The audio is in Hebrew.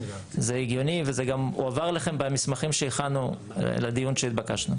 זה הגיוני וזה גם הועבר אליכם במסמכים שהכנו לדיון שהתבקשנו.